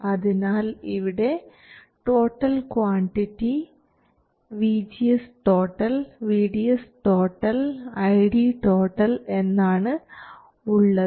അതിനാൽ ഇവിടെ total quantity VGS VDS ID എന്നാണ് ഉള്ളത്